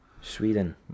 Sweden